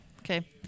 Okay